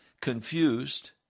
confused